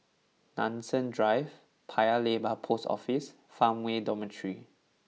Nanson Drive Paya Lebar Post Office Farmway Dormitory